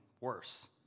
worse